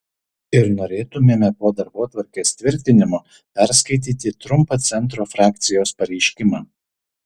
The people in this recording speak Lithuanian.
ir norėtumėme po darbotvarkės tvirtinimo perskaityti trumpą centro frakcijos pareiškimą